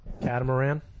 Catamaran